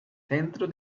centro